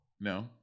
No